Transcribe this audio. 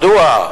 מדוע?